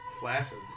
flaccid